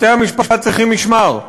בתי-המשפט צריכים משמר.